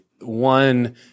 one